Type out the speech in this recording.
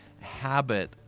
habit